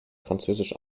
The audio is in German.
französisch